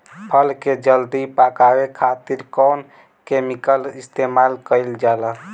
फल के जल्दी पकावे खातिर कौन केमिकल इस्तेमाल कईल जाला?